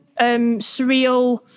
surreal